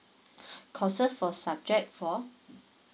courses for subject for